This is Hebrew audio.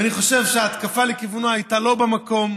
ואני חושב שההתקפה לכיוונו הייתה לא במקום.